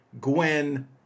Gwen